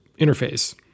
interface